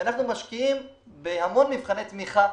אנחנו משקיעים בהמון מבחני תמיכה,